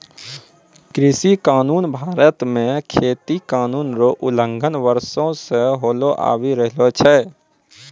कृषि कानून भारत मे खेती कानून रो उलंघन वर्षो से होलो आबि रहलो छै